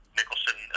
Nicholson